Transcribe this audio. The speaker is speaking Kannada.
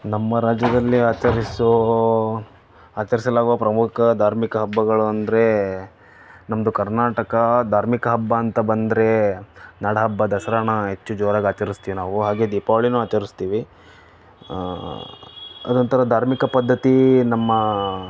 ನಮ್ಮ ರಾಜ್ಯದಲ್ಲೇ ಆಚರಿಸೋ ಆಚರಿಸಲಾಗುವ ಪ್ರಮುಖ ಧಾರ್ಮಿಕ ಹಬ್ಬಗಳು ಅಂದರೆ ನಮ್ದು ಕರ್ನಾಟಕ ಧಾರ್ಮಿಕ ಹಬ್ಬ ಅಂತ ಬಂದರೆ ನಾಡ ಹಬ್ಬ ದಸರಾನ ಹೆಚ್ಚು ಜೋರಾಗಿ ಆಚರಿಸ್ತೀವಿ ನಾವು ಹಾಗೇ ದೀಪಾವಳೀನೂ ಆಚರಿಸ್ತೀವಿ ಅದೊಂದು ಥರ ಧಾರ್ಮಿಕ ಪದ್ಧತಿ ನಮ್ಮ